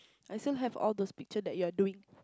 I still have all those picture that you are doing